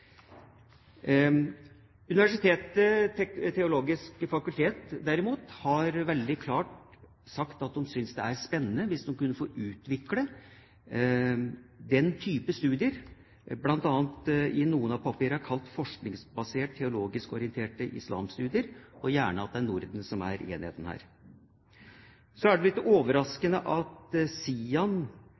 fakultet derimot har veldig klart sagt at de synes det er spennende hvis de kunne få utvikle den type studier – bl.a. det som i noen av de innsendte papirene er kalt forskningsbaserte «teologisk orienterte islamstudier» – og gjerne med Norden som enhet. Så er det vel ikke overraskende at SIAN